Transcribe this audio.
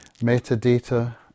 Metadata